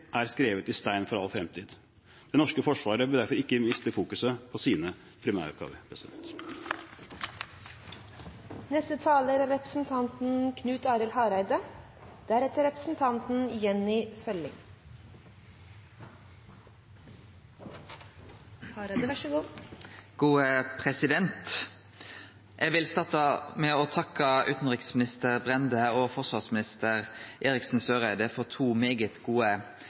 er skrevet i stein for all fremtid. Det norske forsvaret bør derfor ikke miste fokuseringen på sine primæroppgaver. Eg vil starte med å takke utanriksminister Brende og forsvarsminister Eriksen Søreide for to svært gode